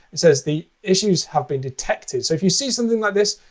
it says the issues have been detected. so if you see something like this,